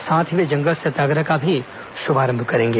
साथ ही वे जंगल सत्याग्रह का भी शुभारंभ करेंगे